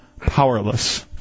powerless